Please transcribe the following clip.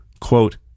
quote